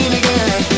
again